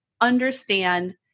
understand